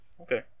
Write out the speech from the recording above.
Okay